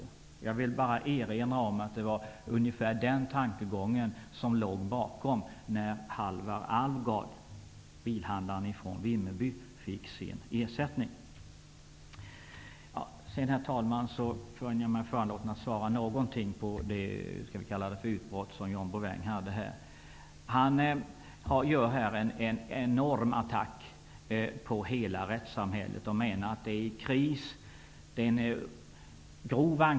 Jag vill erinra om att det var den tankegången som låg bakom, när Halvar Alvgard, bilhandlaren från Vimmerby, fick sin ersättning. Sedan, herr talman, känner jag mig något föranlåten att svara något på det ''utbrott'' som John Bouvin hade här. Han gjorde en enorm attack mot hela rättssamhället och menade att det är i kris.